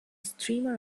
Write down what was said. streamer